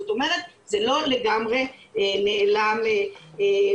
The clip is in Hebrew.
זאת אומרת זה לא לגמרי נעלם מהשטח.